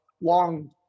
long